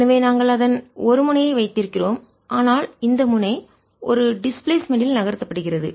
எனவே நாங்கள் அதன் ஒரு முனையை வைத்திருக்கிறோம் ஆனால் இந்த முனை ஒரு டிஸ்பிளேஸ்மென்ட் இடப்பெயர்ச்சி யில் நகர்த்தப்படுகிறது